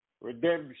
Redemption